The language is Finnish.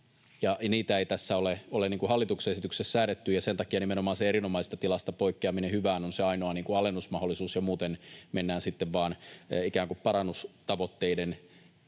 niitä ei tässä hallituksen esityksessä ole säädetty. Sen takia nimenomaan se erinomaisesta tilasta hyvään poikkeaminen on se ainoa alennusmahdollisuus, ja muuten mennään sitten vain